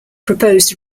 proposed